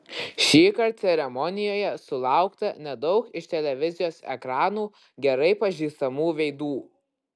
šįkart ceremonijoje sulaukta nedaug iš televizijos ekranų gerai pažįstamų veidų